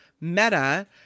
Meta